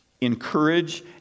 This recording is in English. encourage